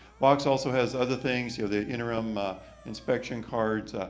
box also has other things. you know, the interim inspection cards,